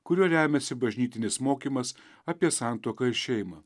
kuriuo remiasi bažnytinis mokymas apie santuoką ir šeimą